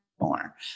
more